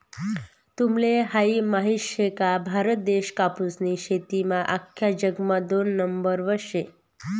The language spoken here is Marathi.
तुम्हले हायी माहित शे का, भारत देश कापूसनी शेतीमा आख्खा जगमा दोन नंबरवर शे